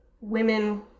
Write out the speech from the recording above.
women